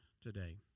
today